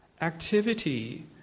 Activity